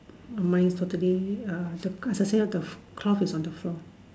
mine is totally uh the cloth I say ah cloth is on the floor